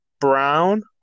Brown